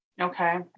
okay